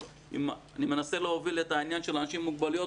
אני מנסה להוביל את העניין של אנשים עם מוגבלויות